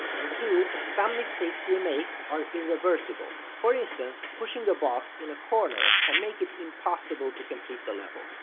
and two, some mistakes we make are irreversible, for instance, pushing a box in a corner can make it impossible to complete the level.